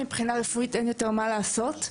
מבחינה רפואית אין יותר מה לעשות.